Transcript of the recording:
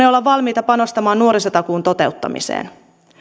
olla valmiita panostamaan nuorisotakuun toteuttamiseen